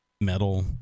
metal